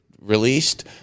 released